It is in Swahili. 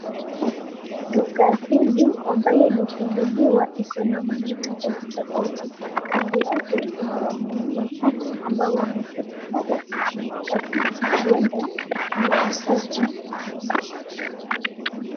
Duka hili ambalo imefungulia ikiwa na mali tofauti tofauti. Kando yake kuna wanaume watatu ambao wameketi pale katika kiti huenda ni wauzaji.